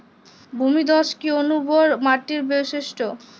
ভূমিধস কি অনুর্বর মাটির বৈশিষ্ট্য?